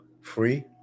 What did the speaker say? free